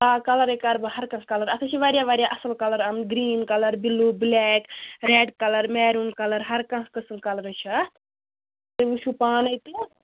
آ کَلَرَے کَرٕ بہٕ ہَر کانٛہہ کَلَر اَتھ حظ چھِ واریاہ واریاہ اَصٕل کَلَر آمٕتۍ green colour blue black red colour maroon colour ہر کانٛہہ قٕسٕم کَلرٕے چھِ اَتھ تُہۍ و ٕچھِو پانَے تہٕ